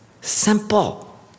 Simple